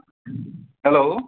hello